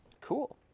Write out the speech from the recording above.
Cool